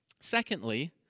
Secondly